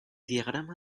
diagrama